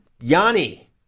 Yanni